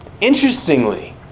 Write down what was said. Interestingly